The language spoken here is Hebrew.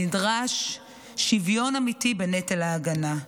נדרש שוויון אמיתי בנטל ההגנה.